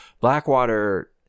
Blackwater